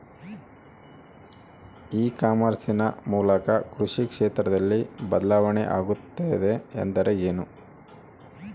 E commerce ನ ಮೂಲಕ ಕೃಷಿ ಕ್ಷೇತ್ರದಲ್ಲಿ ಬದಲಾವಣೆ ಆಗುತ್ತಿದೆ ಎಂದರೆ ಏನು?